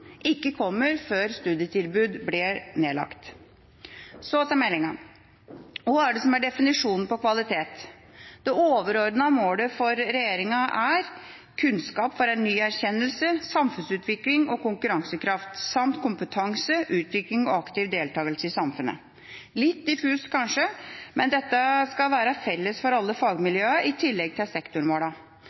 ikke kommer før studietilbud blir lagt ned. Så til meldingen: Hva er definisjonen på kvalitet? Det overordnede målet for regjeringa er kunnskap for ny erkjennelse, samfunnsutvikling og konkurransekraft, samt kompetanse, utvikling og aktiv deltakelse i samfunnet. Dette er kanskje litt diffust, men det skal være felles for alle fagmiljøene i tillegg til